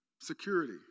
security